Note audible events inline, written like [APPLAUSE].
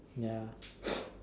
ya [NOISE]